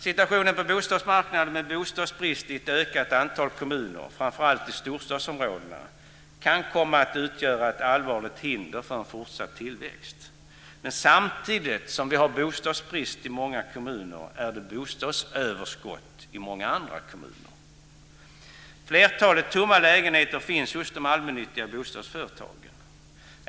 Situationen på bostadsmarknaden med bostadsbrist i ett ökat antal kommuner, framför allt i storstadsområdena, kan komma att utgöra ett allvarligt hinder för en fortsatt tillväxt. Men samtidigt som vi har bostadsbrist i många kommuner är det bostadsöverskott i många andra kommuner. Flertalet tomma lägenheter finns hos de allmännyttiga bostadsföretagen.